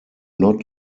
not